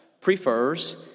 prefers